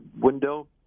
window